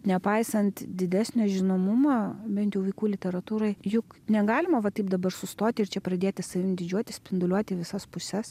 nepaisant didesnio žinomumo bent jau vaikų literatūroj juk negalima va taip dabar sustoti ir čia pradėti savim didžiuotis spinduliuoti į visas puses